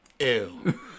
Ew